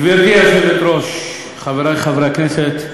גברתי היושבת-ראש, חברי חברי הכנסת,